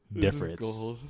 difference